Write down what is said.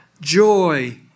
joy